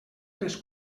les